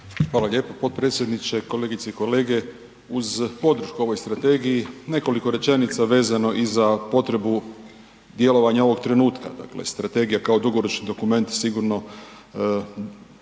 Hvala lijepo potpredsjedniče, kolegice i kolege. Uz podršku ovoj strategiji nekoliko rečenica vezano i za potrebu djelovanja ovog trenutka. Dakle, strategija kao dugoročni dokument sigurno